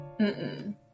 mm-mm